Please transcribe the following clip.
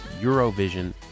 Eurovision